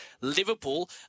Liverpool